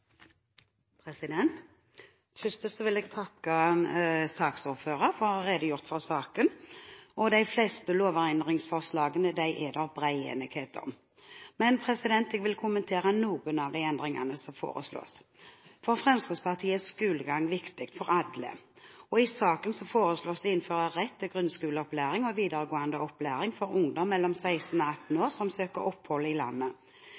læreren. Først vil jeg takke saksordføreren for å ha redegjort for saken. De fleste lovendringsforslagene er det bred enighet om, men jeg vil kommentere noen av de endringene som foreslås. For Fremskrittspartiet er skolegang for alle viktig, og i saken foreslås det å innføre en rett til grunnskoleopplæring og videregående opplæring for ungdom mellom 16 og 18 år som søker om opphold i landet.